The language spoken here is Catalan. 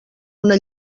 una